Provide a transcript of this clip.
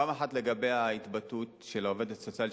פעם אחת לגבי ההתבטאות של העובדת הסוציאלית,